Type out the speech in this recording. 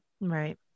Right